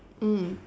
mm